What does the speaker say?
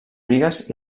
bigues